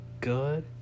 good